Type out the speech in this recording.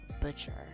butcher